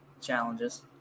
challenges